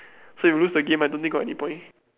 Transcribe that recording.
so if you loose the game I don't think got any point